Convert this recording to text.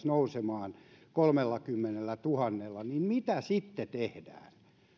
nousemaan kolmellakymmenellätuhannella niin mitä sitten tehdään